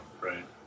Right